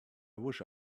wish